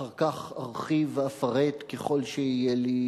אחר כך ארחיב ואפרט ככל שיהיה לי זמן.